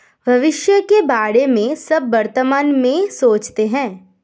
भविष्य के बारे में सब वर्तमान में सोचते हैं